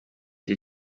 cye